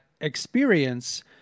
experience